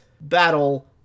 battle